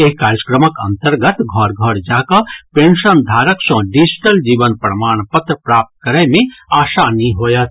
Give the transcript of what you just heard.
एहि कार्यक्रमक अंतर्गत घर घर जाकऽ पेंशनधारक सॅ डिजिटल जीवन प्रमाण पत्र प्राप्त करय मे आसानी होयत